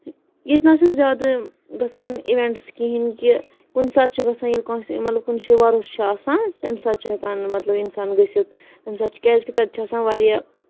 ییٚتہِ نہ سا چھِنہٕ زیادٕ گژھان اِوینٹس کِہینۍ کہِ کُنہِ ساتہٕ چھُ گژھان ییٚلہِ کٲنسہِ مطلب کُنہِ جایہِ مطلب وۄرُس چھُ آسان تَمہِ ساتہٕ چھُ ہٮ۪کان مطلب اِنسان گژھِتھ اَمہِ ساتہِ چھُ کیازِ کہِ تَتہِ چھُ آسان واریاہ